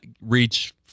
reach